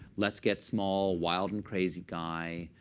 let's get small, wild and crazy guy.